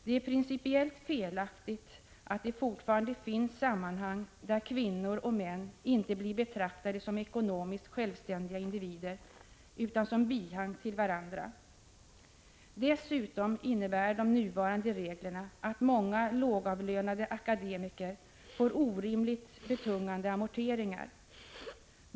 Det är principiellt felaktigt att det fortfarande finns sammanhang, där kvinnor och män inte blir betraktade som ekonomiskt självständiga individer utan som bihang till varandra. Dessutom innebär de nuvarande reglerna att många lågavlönade akademiker får orimligt betungande amorteringar.